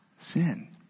sin